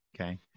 Okay